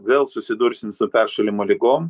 vėl susidursim su peršalimo ligom